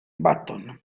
button